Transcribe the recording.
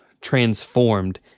transformed